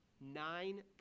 nine